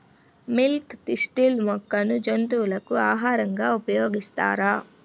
Milk thistle మొక్కను జంతువులకు ఆహారంగా ఉపయోగిస్తారా?